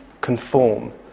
conform